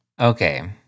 Okay